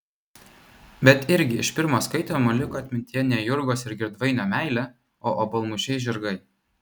bet irgi iš pirmo skaitymo liko atmintyje ne jurgos ir girdvainio meilė o obuolmušiai žirgai